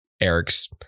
eric's